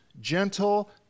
Gentle